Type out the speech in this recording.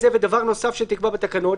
את זה ודבר נוסף שתקבע בתקנות,